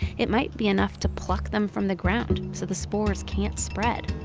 it might be enough to pluck them from the ground so the spores can't spread.